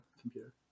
computer